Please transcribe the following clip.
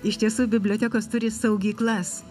iš tiesų bibliotekos turi saugyklas